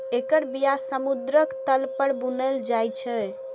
एकर बिया समुद्रक तल पर बुनल जाइ छै